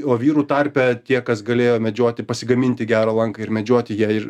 o vyrų tarpe tie kas galėjo medžioti pasigaminti gerą lanką ir medžioti jie